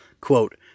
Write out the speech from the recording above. quote